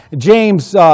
James